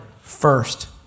first